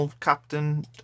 captain